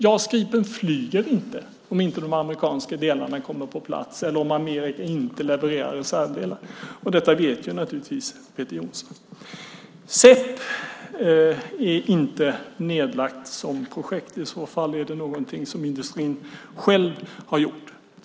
JAS Gripen flyger inte om inte de amerikanska delarna kommer på plats eller om USA inte levererar reservdelar. Detta vet naturligtvis även Peter Jonsson. SEP är inte nedlagt som projekt. I så fall är det något som industrin själv har gjort.